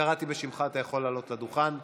קראתי בשמך, אתה יכול לעלות לדוכן.